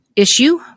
Issue